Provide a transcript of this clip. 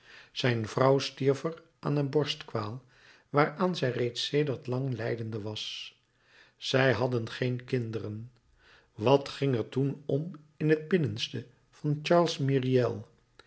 zijn vrouw stierf er aan een borstkwaal waaraan zij reeds sedert lang lijdende was zij hadden geen kinderen wat ging er toen om in het binnenste van charles myriel